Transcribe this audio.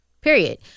Period